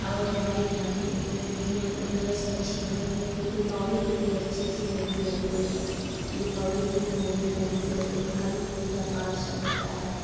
और हमारे यहाँ भी मूर्तियाँ गणेश लक्ष्मी दीपावली कि भी अच्छी सी मूर्ति बनती है दीपावली की भी मूर्ति बनती है तो उनका भी पूजा पाठ सब होता है